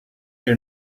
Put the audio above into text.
here